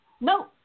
No